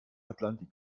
atlantik